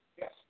Yes